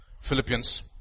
Philippians